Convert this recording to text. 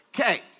Okay